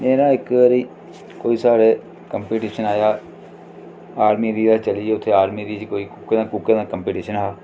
में न इक बारी कोई साढ़े कंपीटीशन आया आर्मी दी जगह चली गे उत्थे आर्मी दी ही कोई कुक दा कंपीटीशन हा